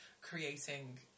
creating